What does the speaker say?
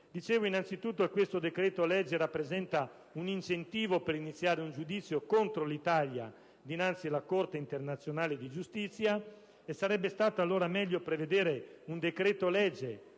riguardante l'Italia. Questo decreto-legge rappresenta un incentivo per iniziare un giudizio contro l'Italia dinanzi alla Corte internazionale di giustizia. Sarebbe stato allora meglio presentare un decreto‑legge